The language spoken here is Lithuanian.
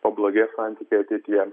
pablogės santykiai ateityje